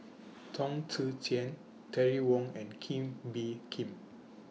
Chong Tze Chien Terry Wong and Kee Bee Khim